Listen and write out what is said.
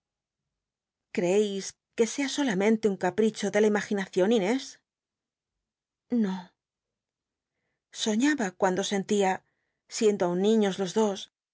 cteeis que sea solamente un capricho de la imaginacion jnés no soiiaba cuando sentía siendo aun niños los dos